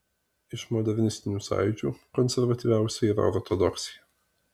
iš modernistinių sąjūdžių konservatyviausia yra ortodoksija